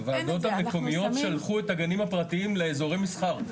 הוועדות המקומיות שלחו את הגנים הפרטיים לאיזורי מסחר.